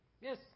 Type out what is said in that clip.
Yes